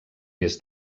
més